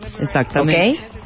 Exactamente